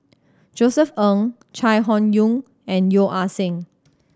Josef Ng Chai Hon Yoong and Yeo Ah Seng